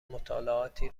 مطالعاتی